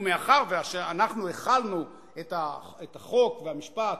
ומאחר שאנחנו החלנו את החוק ואת המשפט,